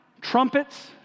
trumpets